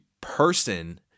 person